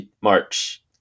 March